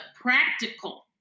practical